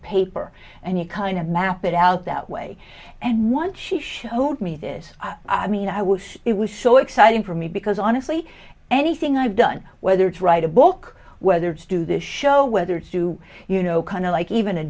paper and you kind of map it out that way and once she showed me this i mean i was it was so exciting for me because honestly anything i've done whether to write a book whether to do this show whether to you know kind of like even a